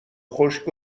خشک